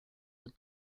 the